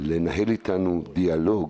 לנהל איתנו דיאלוג,